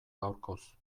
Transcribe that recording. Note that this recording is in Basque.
gaurkoz